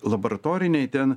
laboratoriniai ten